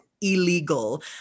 illegal